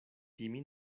timi